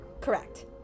Correct